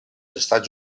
estats